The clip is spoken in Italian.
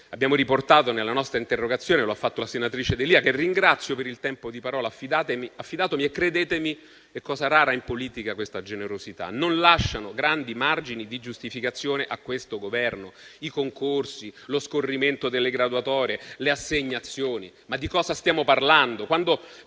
Abbiamo riportato dei numeri nella nostra interrogazione. Lo ha fatto la senatrice D'Elia, che ringrazio per il tempo di parola affidatomi. Credetemi, è cosa rara in politica questa generosità. Tali numeri non lasciano grandi margini di giustificazione a questo Governo. I concorsi, lo scorrimento delle graduatorie, le assegnazioni: ma di cosa stiamo parlando?